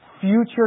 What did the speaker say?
Future